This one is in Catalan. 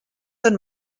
són